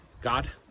God